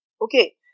Okay